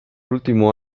último